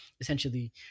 essentially